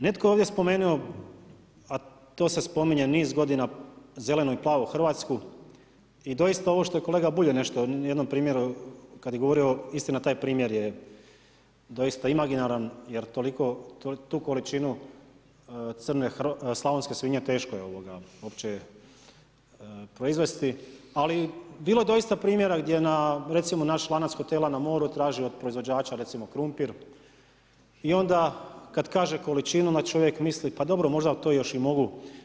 Netko je ovdje spomenuo, a to spominje niz godina, zelenu i plavu Hrvatsku i doista ovo što je kolega Bulj nešto na jednom primjeru kad je govorio, istina taj primjer je doista imaginaran jer toliko tu količinu crne slavonske svinje teško je uopće proizvesti, ali bilo je doista primjera gdje recimo, naš lanac hotela na moru traži od proizvođača recimo, krumpir i onda kad kaže količinu, onda čovjek misli, pa dobro, možda bi to još i moglo.